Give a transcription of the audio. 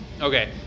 Okay